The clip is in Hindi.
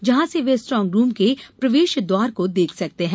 जहां से वे स्ट्रांगरूम के प्रवेश द्वार को देख सकते हैं